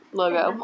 logo